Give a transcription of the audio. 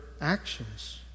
actions